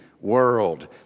world